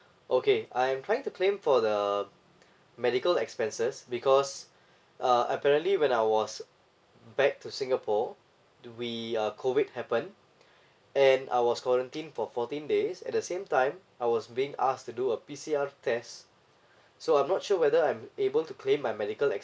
okay I'm trying to claim for the medical expenses because uh apparently when I was back to singapore do we uh COVID happen and I was quarantine for fourteen days at the same time I was being ask to do a P_C_R test so I'm not sure whether I'm able to claim my medical